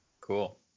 Cool